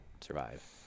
survive